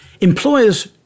Employers